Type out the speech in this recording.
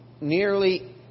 nearly